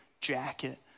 jacket